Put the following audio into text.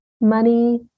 money